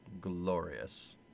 Glorious